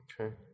Okay